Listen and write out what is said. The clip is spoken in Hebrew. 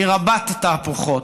היא רבת-תהפוכות.